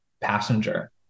passenger